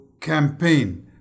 campaign